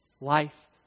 Life